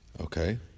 Okay